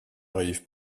arrive